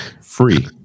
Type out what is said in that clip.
free